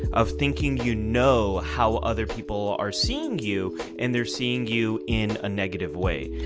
of thinking you know how other people are seeing you and they're seeing you in a negative way.